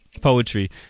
Poetry